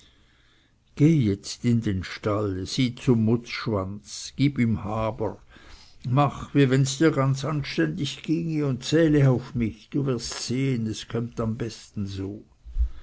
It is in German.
gehe jetzt in stall sieh zum mutzschwanz gib ihm haber mach wie wenns dir ganz anständig ginge und zähle auf mich du wirst sehen es kömmt am besten so